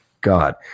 God